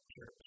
church